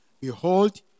Behold